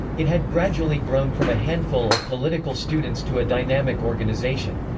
it had gradually grown from a handful of political students to a dynamic organization.